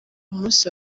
umunsi